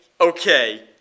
okay